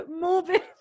morbid